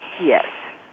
Yes